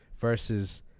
versus